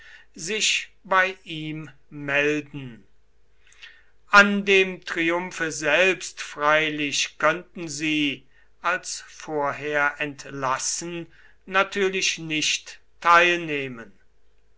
sich bei ihm melden an dem triumphe selbst freilich könnten sie als vorher entlassen natürlich nicht teilnehmen